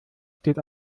steht